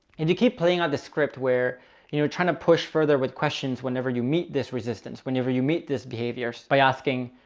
and you keep playing out the script where you know, trying to push further with questions whenever you meet this resistance, whenever you meet this behavior by asking,